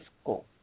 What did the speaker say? school